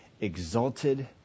exalted